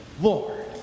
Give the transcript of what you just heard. Lord